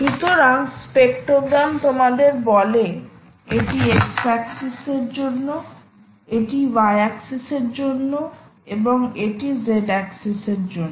সুতরাং স্পেক্ট্রোগ্রাম তোমাদের বলে এটি x অ্যাক্সিস এর জন্য এটি y অ্যাক্সিস এর জন্য এবং এটি z অ্যাক্সিস এর জন্য